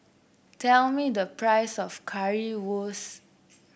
tell me the price of Currywurst